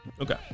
Okay